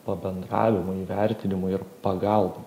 pabendravimui įvertinimui ir pagalbai